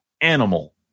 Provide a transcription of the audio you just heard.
animal